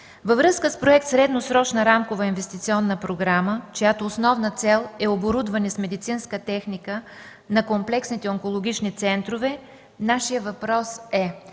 във връзка с проект „Средносрочна рамкова инвестиционна програма”, чиято основна цел е оборудване с медицинска техника на комплексните онкологични центрове, нашият въпрос е: